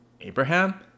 Abraham